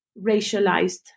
racialized